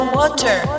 water